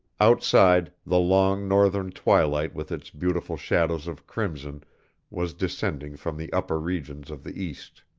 outside, the long northern twilight with its beautiful shadows of crimson was descending from the upper regions of the east.